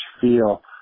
feel